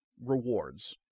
rewards